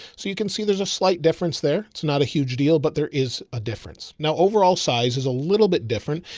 so you can see there's a slight difference there. it's not a huge deal, but there is a difference. now overall size is a little bit different.